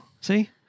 See